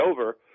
over